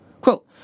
Quote